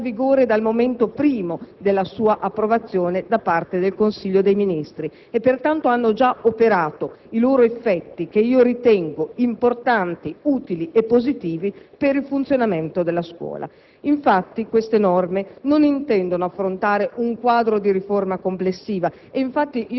queste norme, trattandosi di un decreto-legge, sono già in vigore del momento primo della loro approvazione da parte del Consiglio dei ministri e pertanto hanno già esplicato i loro effetti, che ritengo importanti, utili e positivi, per il funzionamento della scuola. La normativa al nostro esame, infatti, non intende affrontare